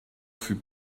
fut